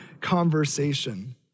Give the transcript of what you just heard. conversation